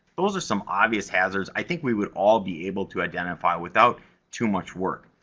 those are some obvious hazards. i think we would all be able to identify, without too much work.